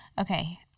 Okay